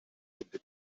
hände